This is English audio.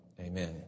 Amen